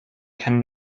can